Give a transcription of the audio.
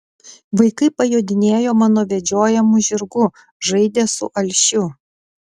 vaikai pajodinėjo mano vedžiojamu žirgu žaidė su alšiu